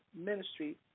ministry